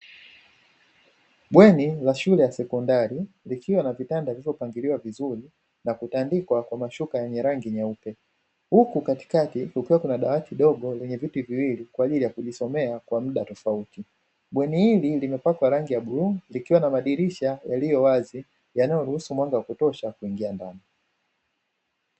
Bweni la shule ya sekondari likiwa na vitanda vilivyopangiliwa vizuri na kutandikwa kwa mashuka yenye rangi nyeupe, huku katikati kukiwa na dawati dogo lenye viti viwili kwa ajili ya kujisomea kwa mda tofauti. Bweni hili limepakwa rangi ya bluu likiwa na madirisha yaliyo wazi yanayoruhusu mwanga wa kutosha kuingia ndani.